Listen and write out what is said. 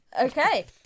Okay